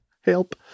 Help